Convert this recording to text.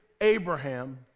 Abraham